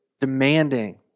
demanding